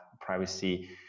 privacy